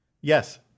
Yes